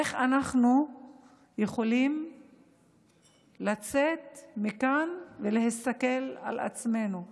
איך אנחנו יכולים לצאת מכאן ולהסתכל על עצמנו במראה?